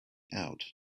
out